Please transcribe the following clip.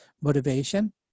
motivation